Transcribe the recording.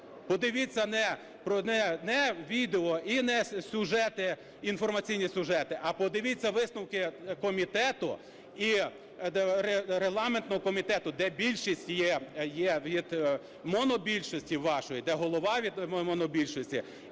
Подивіться не відео і не сюжети, інформаційні сюжети, а подивіться висновки комітету і регламентного комітету, де більшість є монобільшості вашої, де голова від монобільшості,